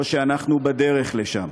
או שאנחנו בדרך לשם.